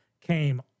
came